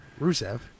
Rusev